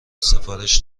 سفارش